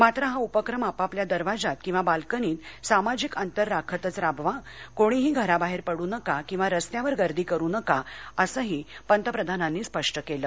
मात्र हा उपक्रम आपापल्या दरवाजात किंवा बाल्कनीत सामाजिक अंतर राखतच राबवा कोणीही घराबाहेर पडू नका किंवा रस्त्यांवर गर्दी करू नका असंही पंतप्रधानांनी स्पष्ट केलं